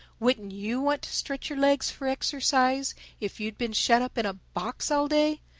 wouldn't you want to stretch your legs for exercise if you'd been shut up in a box all day.